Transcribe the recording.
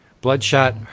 Bloodshot